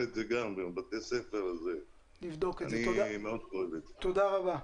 תודה רבה.